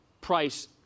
price